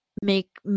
make